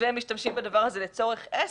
ומשתמשים בדבר הזה לצורך עסק,